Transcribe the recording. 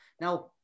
Now